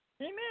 Amen